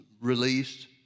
released